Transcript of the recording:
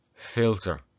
filter